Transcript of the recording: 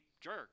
jerk